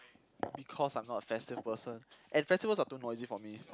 because I'm not a festive person and festival are too noisy for me